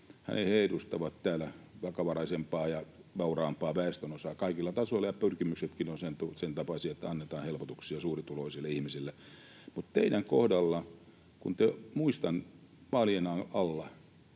he edustavat täällä vakavaraisempaa ja vauraampaa väestönosaa kaikilla tasoilla, ja pyrkimyksetkin ovat sen tapaisia, että annetaan helpotuksia suurituloisille ihmisille. Mutta teidän kohdallanne muistan vaalien alla,